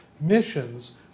missions